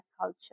culture